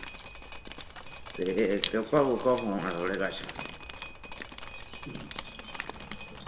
ते कोह्का कोह्का फोन ऐ थुआढ़े कश